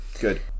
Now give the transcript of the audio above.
Good